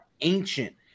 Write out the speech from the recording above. ancient